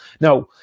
Now